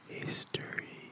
history